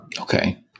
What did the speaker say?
okay